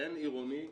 אין עירוני,